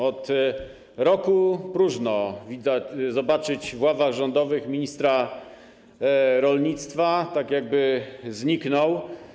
Od roku próżno zobaczyć w ławach rządowych ministra rolnictwa - jakby zniknął.